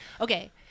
okay